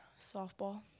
Softball